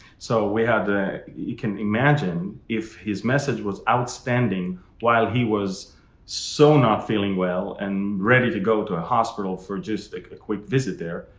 so we have. you can imagine if his message was outstanding while he was so not feeling well and ready to go to a hospital for just a quick visit there.